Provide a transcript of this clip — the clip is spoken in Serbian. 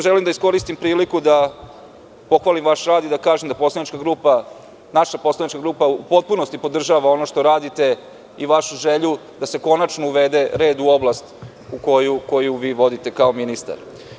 Želim da iskoristim priliku da pohvalim vaš rad i da kažem da naša poslanička grupa u potpunosti podržava ono što radite i vašu želju da se konačno uvede red u oblast koju vi vodite kao ministar.